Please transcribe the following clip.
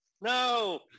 no